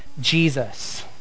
jesus